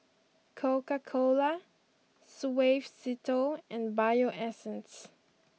Coca Cola Suavecito and Bio Essence